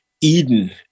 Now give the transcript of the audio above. Eden